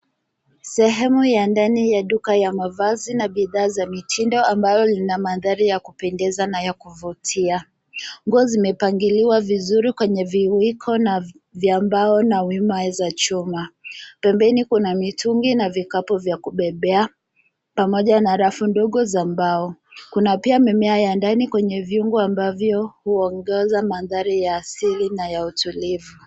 Sehemu ya ndani ya duka ya mavazi na bidhaa za mitindo ambayo ina mandhari ya kupendeza na ya kuvutia. Nguo zimepangiliwa vizuri kwenye viuniko vya mbao na vimae za chuma. Pembeni kuna mitungi na vikapu vya kubebea pamoja na rafu ndogo za mbao. Kuna pia mimea ya ndani kwenye viungo ambavyo huongeza mandhari ya asili na ya utulivu.